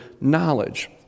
knowledge